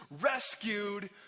rescued